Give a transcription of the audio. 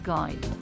Guide